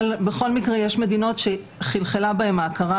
בכל מקרה יש מדינות שחלחלה בהן ההכרה,